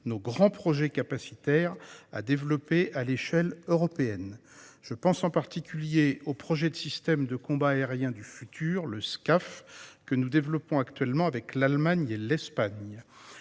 nos grands projets capacitaires à développer à l'échelle européenne. Je pense en particulier au projet de système de combat aérien du futur (Scaf), que nous élaborons actuellement avec l'Allemagne et l'Espagne.